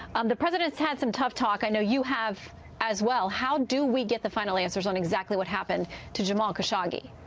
um the president has had some tough talk. i know you have as well. how do we get the violence and was on exactly what happened to jamal khashoggi?